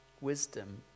Wisdom